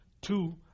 Two